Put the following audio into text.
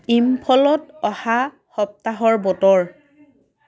ইম্ফলত অহা সপ্তাহৰ বতৰ